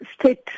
state